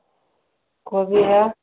कोबी है